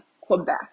quebec